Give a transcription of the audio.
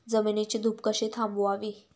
जमिनीची धूप कशी थांबवावी?